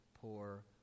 poor